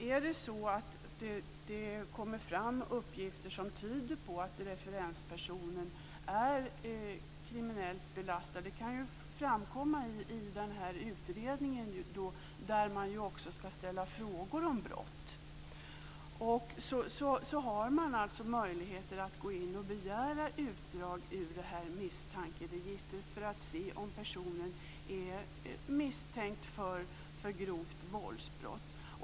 Är det så att det kommer fram uppgifter som tyder på att referenspersonen är kriminellt belastad, vilket kan framkomma i utredningen där man ju också ska ställa frågor om brott, finns det möjligheter att begära utdrag ur misstankeregistret för att se om personen är misstänkt för grovt våldsbrott.